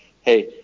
hey